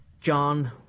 John